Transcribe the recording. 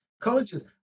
colleges